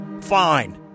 Fine